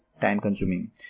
time-consuming